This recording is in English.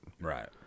right